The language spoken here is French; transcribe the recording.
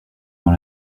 dans